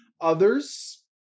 others